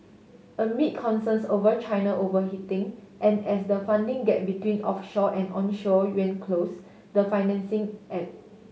amid concerns over China overheating and as the funding gap between offshore and onshore yuan close the financing ebb